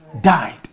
Died